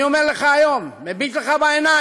אני אומר לך היום, מביט לך בעיניים: